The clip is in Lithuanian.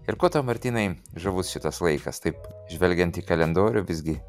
ir kuo tau martynai žavus šitas laikas taip žvelgiant į kalendorių visgi